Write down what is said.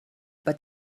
but